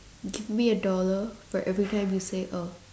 give me a dollar for every time you say oh